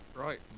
right